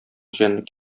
җәнлек